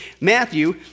Matthew